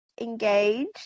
engaged